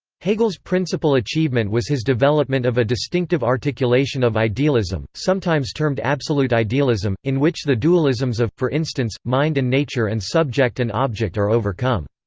hegel's principal achievement was his development of a distinctive articulation of idealism, sometimes termed absolute idealism, in which the dualisms of, for instance, mind and nature and subject and object are overcome.